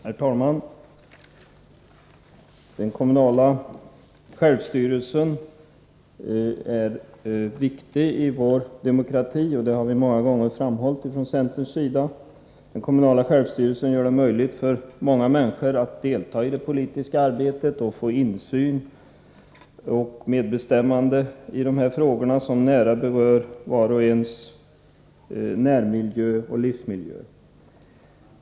Herr talman! Den kommunala självstyrelsen är viktig i vår demokrati, vilket vi från centerns sida också ofta har framhållit. Härigenom blir det möjligt för många människor att delta i det politiska arbetet och få insyn och medbestämmande i dessa frågor som nära berör vars och ens närmiljö och livsmiljö.